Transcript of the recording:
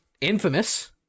Infamous